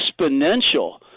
exponential